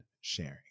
sharing